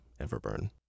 Everburn